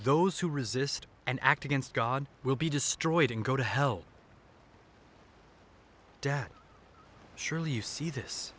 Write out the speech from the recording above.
those who resist and act against god will be destroyed and go to hell dad surely you see this